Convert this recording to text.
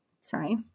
Sorry